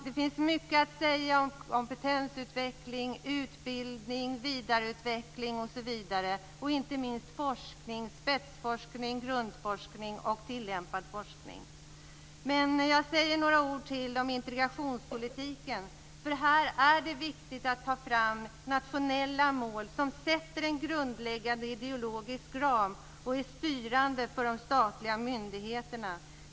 Det finns mycket att säga om kompetensutveckling, utbildning, vidareutveckling osv. Det gäller inte minst forskning: spetsforskning, grundforskning och tillämpad forskning. Jag vill också säga några ord om integrationspolitiken. Det är viktigt att ta fram nationella mål som sätter en grundläggande ideologisk ram och är styrande för de statliga myndigheterna.